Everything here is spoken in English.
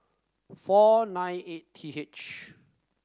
four nine eight T H